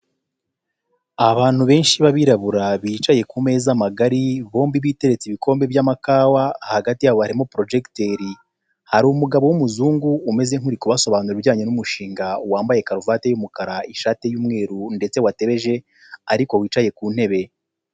Abantu benshi b'abirabura bicaye kumeza magari bombi biteretse ibikombe by'amakawa hagati yabo harimo projegiteri, hari umugabo w'umuzungu umeze nkuri kubabasobanura ibijyanye n'umushinga wambaye karuvati y'umukara ishati y'umweru ndetse watebeje ariko wicaye ku ntebe.